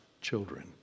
children